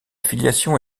filiation